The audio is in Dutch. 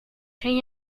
ken